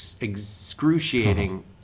excruciating